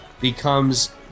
becomes